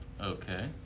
Okay